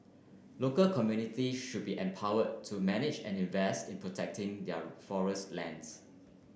local communities should be empowered to manage and invest in protecting their forest lands